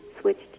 switched